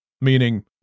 Meaning